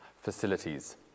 facilities